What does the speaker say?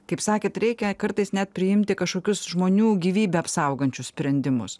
kaip sakėt reikia kartais net priimti kažkokius žmonių gyvybę apsaugančius sprendimus